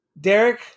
Derek